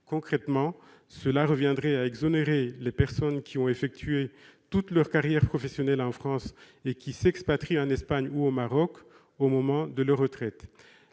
Concrètement, cela reviendrait à exonérer les personnes ayant effectué toute leur carrière professionnelle en France et qui s'expatrient en Espagne ou au Maroc, au moment de leur retraite.